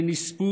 ונספו